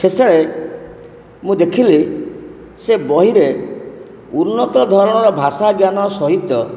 ଶେଷରେ ମୁଁ ଦେଖିଲି ସେ ବହିରେ ଉନ୍ନତ ଧରଣର ଭାଷା ଜ୍ଞାନ ସହିତ